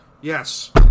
Yes